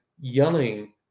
yelling